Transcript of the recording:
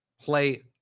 play